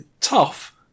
tough